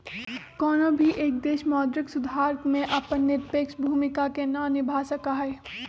कौनो भी एक देश मौद्रिक सुधार में अपन निरपेक्ष भूमिका के ना निभा सका हई